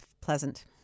pleasant